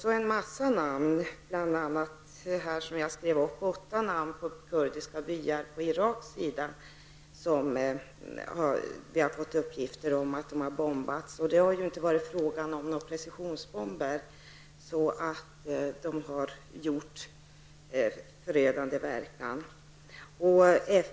Jag kunde också nämna en hel mängd namn på irakiska byar som har bombats, bl.a. åtta byar som jag har antecknat namnen på. Här har det inte varit fråga om någon precisionsbombning och därför har verkningarna blivit förödande.